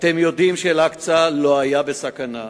אתם יודעים שאל-אקצא לא היה בסכנה,